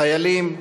חיילים,